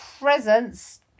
presents